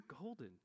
golden